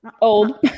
old